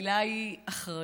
והמילה היא "אחריות".